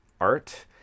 art